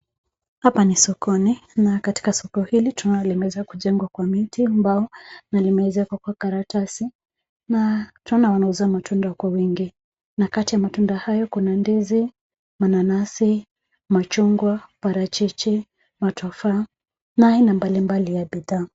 Hapa ni sokoni na katika soko hili tunaona limeweza kujengwa kwa miti mbao na limewezwa kuwekwa karatasi na tunaonana wanauza matunda kwa wingi na kati ya matunda hayo kuna ndizi, mananasi ,machungwa, parachichi matufaha na aina mbalimbali ya bidhaa.